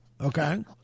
Okay